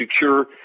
secure